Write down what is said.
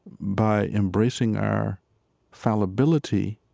by embracing our fallibility,